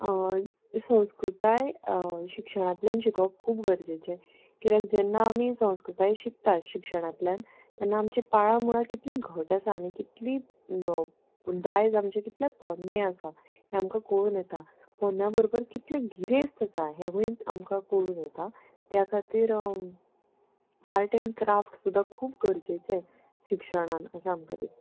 संस्कृताय शिक्षणांतल्यान शिकोवप खूब गरजेचें कित्याक जेन्ना आमी संस्कृताय शिकतात शिक्षणांतल्यान तेन्ना आमची पाळां मुळां कितलीं घट आसा आनी कितली दायज आमचें कितले पोरणें आसा हें आमकां कळून येता पोरण्या बरोबर कितलें गिरेस्त आसा हेंवूय आमकां कळून येता त्या खातीर आर्ट एंड क्राफ्ट सुद्दां खूब गरजेचें शिक्षणान अशें आमकां दिसता